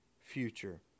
future